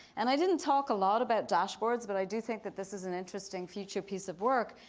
and i didn't talk a lot about dashboards, but i do think that this is an interesting future piece of work.